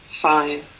Fine